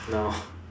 no